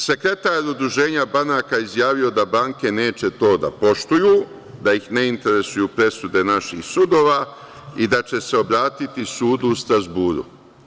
Sekretar Udruženja banaka izjavio je da banke neće to da poštuju, da ih ne interesuju presude naših sudova i da će se obratiti sudu u Strazburu.